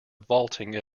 vaulting